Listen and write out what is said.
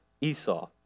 Esau